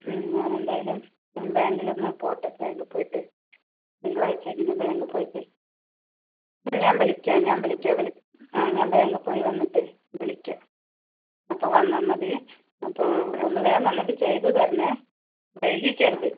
ഉം ഞാൻ എന്തായാലും ബാങ്കിലൊന്നു പോട്ടെ ബാങ്കിൽ പോയിട്ട് തിങ്കളാഴ്ച എങ്ങാനും ബാങ്കിപ്പോയിട്ട് ഉം ഞാൻ വിളിക്കാം ഞാൻ വിളിക്കാം ആ ഞാൻ ബാങ്കിൽ പോയി വന്നിട്ട് വിളിക്കാം അപ്പോൾ വന്നാൽമതി അപ്പോൾ ഒന്നു വേഗം വന്നിട്ട് ചെയ്തുതരണം വൈകിക്കരുത്